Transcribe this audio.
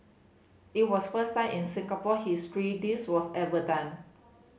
it was first time in Singapore history this was ever done